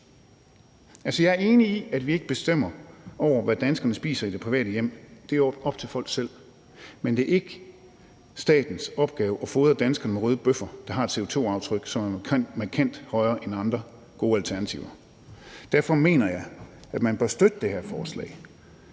jeg er enig i, at vi ikke bestemmer over, hvad danskerne spiser i de private hjem, det er op til folk selv, men det er ikke statens opgave at fodre danskerne med røde bøffer, der har et CO2-aftryk, som er markant højere end andre gode alternativer. Derfor mener jeg, at man bør støtte det her forslag,